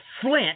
flint